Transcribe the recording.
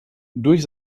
durch